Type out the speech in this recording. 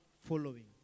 following